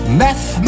meth